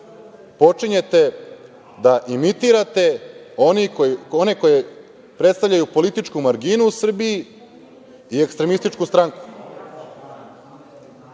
počinjete da imitirate one koji predstavljaju političku marginu u Srbiji i ekstremističku stranku? Dakle,